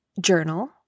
journal